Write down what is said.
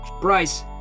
Bryce